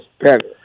better